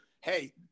hey